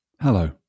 Hello